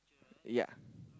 yea